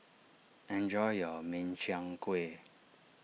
enjoy your Min Chiang Kueh